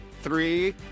Three